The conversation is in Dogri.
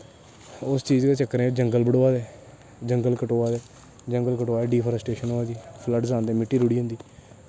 उस चीज़ दे चक्करें जंगल बढोआ दे जंगल कटोआ दे जंगल कटोआ दे डिफारैस्टेशन होआ दी फ्लडस औंदे मिट्टी रुढ़ी जंदी